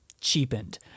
cheapened